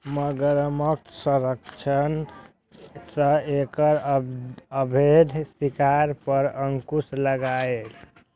मगरमच्छ संरक्षणक सं एकर अवैध शिकार पर अंकुश लागलैए